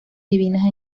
divinas